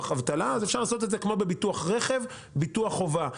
אבטלה היא כמו בביטוח רכב: שעושים את זה כביטוח חובה,